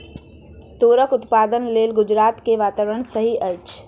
तूरक उत्पादनक लेल गुजरात के वातावरण सही अछि